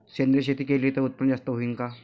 सेंद्रिय शेती केली त उत्पन्न जास्त होईन का?